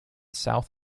south